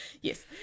yes